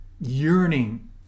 yearning